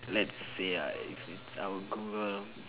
let's say I I'll Google